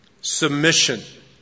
Submission